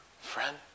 friend